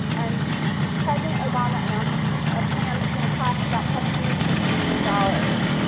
and president obama announces a plan that's gonna cost about seven hundred and fifty million dollars,